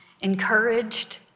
encouraged